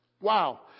Wow